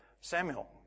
Samuel